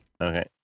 Okay